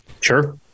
Sure